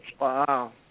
Wow